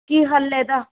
ਕੀ ਹੱਲ ਹੈ ਇਹਦਾ